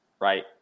right